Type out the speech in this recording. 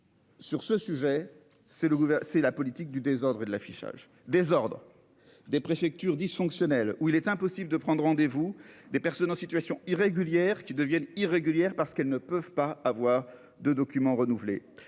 Sur ce sujet c'est le c'est la politique du désordre et de l'affichage désordre. Des préfectures dysfonctionnel où il est impossible de prendre rendez vous des personnes en situation irrégulière qui deviennent irrégulières parce qu'elles ne peuvent pas avoir de documents renouveler